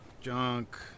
Junk